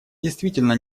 действительно